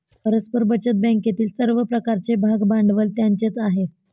परस्पर बचत बँकेतील सर्व प्रकारचे भागभांडवल त्यांचेच आहे